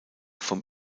vom